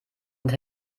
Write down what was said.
und